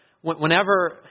whenever